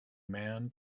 man